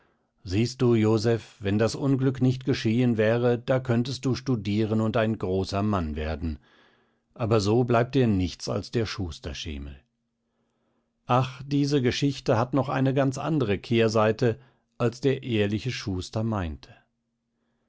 siehst du joseph wenn das unglück nicht geschehen wäre da könntest du studieren und ein großer mann werden so aber bleibt dir nichts als der schusterschemel ach diese geschichte hat noch eine ganz andere kehrseite als der ehrliche schuster meinte